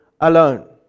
alone